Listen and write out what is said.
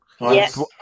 Yes